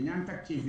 זה עניין תקציבי,